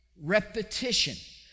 Repetition